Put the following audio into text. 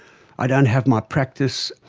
i don't have my practice,